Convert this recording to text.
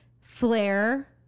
flare